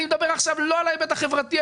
אני לא מדבר עכשיו על ההיבט החברתי,